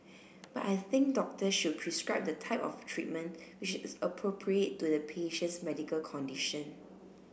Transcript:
but I think doctors should prescribe the type of treatment which is appropriate to the patient's medical condition